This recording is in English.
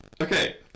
Okay